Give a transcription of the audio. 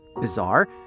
bizarre